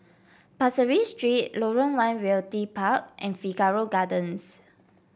Pasir Ris Street Lorong One Realty Park and Figaro Gardens